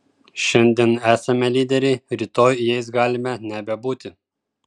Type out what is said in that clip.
šiandien esame lyderiai rytoj jais galime nebebūti